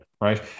right